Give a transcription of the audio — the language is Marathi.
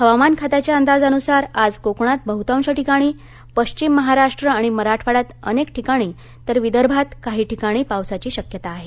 हवामान खात्याच्या अंदाजानुसार आज कोकणात बहुतांश ठिकाणी पश्चिम महाराष्ट्र आणि मराठवाड्यात अनेक ठिकाणी तर विदर्भात काही ठिकाणी पावसाची शक्यता आहे